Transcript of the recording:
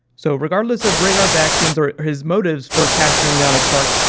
so, regardless of rhaegar's actions or his motives for capturing lyanna stark,